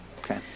Okay